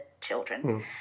children